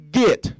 get